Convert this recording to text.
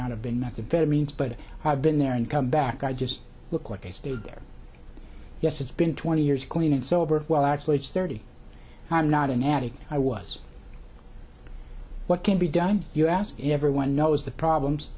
methamphetamines but i've been there and come back i just look like i stayed there yes it's been twenty years clean and sober well actually it's thirty i'm not an addict i was what can be done you ask everyone knows the problems